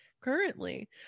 currently